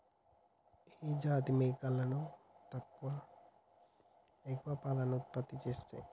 ఏ జాతి మేకలు ఎక్కువ పాలను ఉత్పత్తి చేస్తయ్?